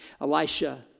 Elisha